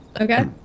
Okay